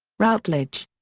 routledge.